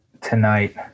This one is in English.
tonight